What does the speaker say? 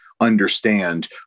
understand